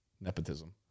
Nepotism